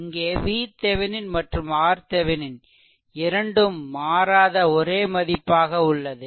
இங்கே VThevenin மற்றும் RThevenin இரண்டும் மாறாத ஒரே மதிப்பாக உள்ளது